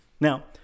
Now